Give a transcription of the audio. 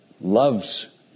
loves